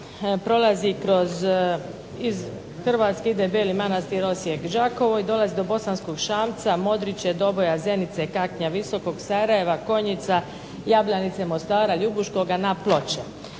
prolazi kroz, iz Hrvatske ide Beli Manastir – Osijek – Đakovo i dolazi do Bosanskog Šamca, Modriče, Doboja, Zenica, Kaknja, Visokog, Sarajeva, Konjica, Jablanice, Mostara, Ljubuškoga na Ploče.